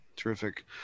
Terrific